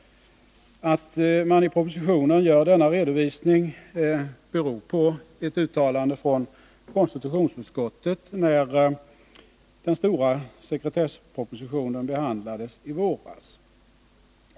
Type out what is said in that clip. Att man i propositionen gör denna redovisning beror på ett uttalande från konstitutionsutskottet när den stora sekretesspropositionen behandlades i våras.